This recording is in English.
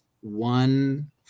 one